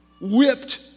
whipped